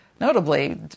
Notably